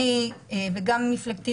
אני ומפלגתי,